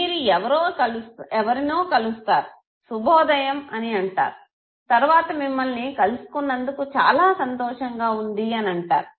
మీరు ఎవరినో కలుస్తారు శుభోదయం అని అంటారు తరువాత మిమ్మలిని కలుసుకున్నందుకు చాలా సంతోషంగా వుంది అని అంటారు